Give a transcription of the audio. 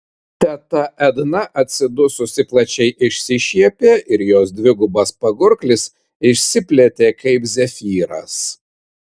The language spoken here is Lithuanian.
teta edna atsidususi plačiai išsišiepė ir jos dvigubas pagurklis išsiplėtė kaip zefyras